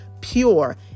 pure